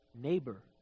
neighbor